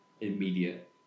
immediate